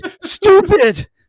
stupid